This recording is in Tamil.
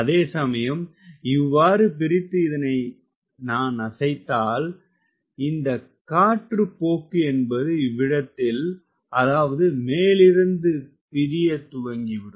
அதே சமயம் இவ்வாறு பிரித்து இதனை நான் அசைத்தால் இந்த காற்றுப்போக்கு என்பது இவ்விடத்தில் அதாவது மேலிருந்து பிரியத்துவங்கிவிடும்